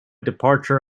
departure